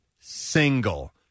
single